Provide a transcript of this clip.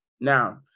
Now